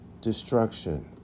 destruction